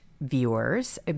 viewers